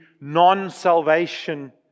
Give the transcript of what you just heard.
non-salvation